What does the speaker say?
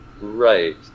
right